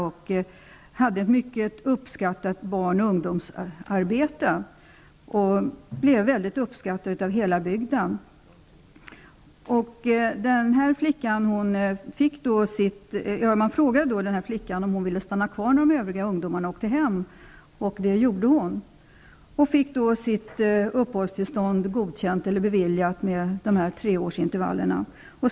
De utförde ett mycket upp skattat barn och ungdomsarbete, och de blev väldigt omtyckta i hela byg den. Man frågade den här flickan om hon ville stanna kvar, när de övriga ungdo marna åkte hem, och det ville hon. Hon fick sitt uppehållstillstånd beviljat med dessa treårsintervaller.